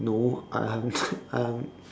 no I'm I'm I'm